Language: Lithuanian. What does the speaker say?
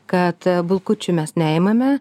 kad bulkučių mes neimame